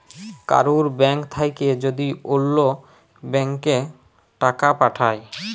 কারুর ব্যাঙ্ক থাক্যে যদি ওল্য ব্যাংকে টাকা পাঠায়